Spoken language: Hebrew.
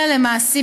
אלא למעשים,